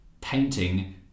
painting